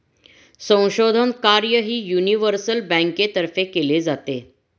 संशोधन कार्यही युनिव्हर्सल बँकेतर्फे केले जाते